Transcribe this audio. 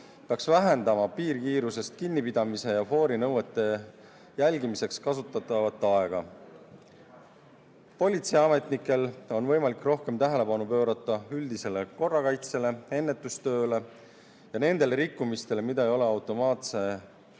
peaks vähendama piirkiirusest kinnipidamise ja foorinõuete [täitmise] jälgimiseks kasutatavat aega. Politseiametnikel on võimalik rohkem tähelepanu pöörata üldisele korrakaitsele, ennetustööle ja nendele rikkumistele, mida ei ole automaatse